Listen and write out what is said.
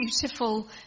beautiful